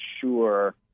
sure